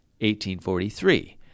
1843